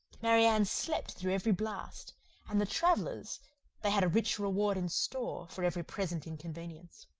marianne slept through every blast and the travellers they had a rich reward in store, for every present inconvenience.